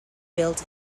built